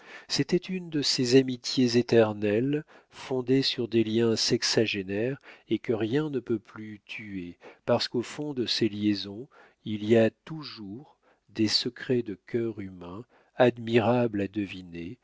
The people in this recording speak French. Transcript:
c'était une de ces amitiés éternelles fondées sur des liens sexagénaires et que rien ne peut plus tuer parce qu'au fond de ces liaisons il y a toujours des secrets de cœur humain admirables à deviner